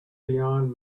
beyond